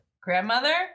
Grandmother